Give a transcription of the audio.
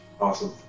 Awesome